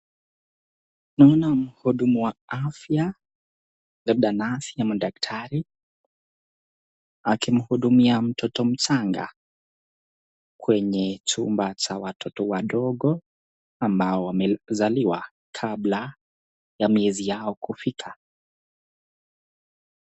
Naona mhudumu wa afya labda nasi ama Daktari. Akimuhudumia mtoto mchanga kwenye chumba cha watoto wadogo ambao wamezaliwa kabla ya meizi yao kufika.